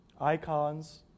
icons